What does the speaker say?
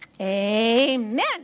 Amen